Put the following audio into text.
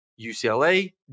UCLA